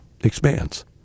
expands